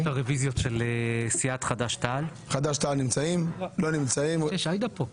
בכלל לא מצחיק.